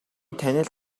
танил